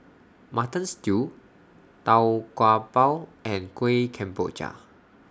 Mutton Stew Tau Kwa Pau and Kuih Kemboja